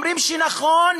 הם אומרים: נכון,